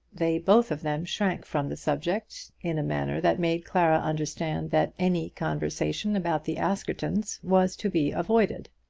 they both of them shrank from the subject in a manner that made clara understand that any conversation about the askertons was to be avoided.